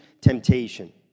temptation